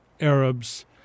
Arabs